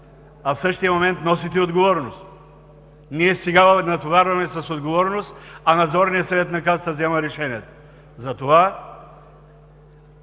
а в същия момент носите отговорност. Сега Ви натоварваме с отговорност, а Надзорният съвет на Касата взема решенията. Молбата